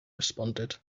responded